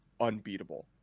unbeatable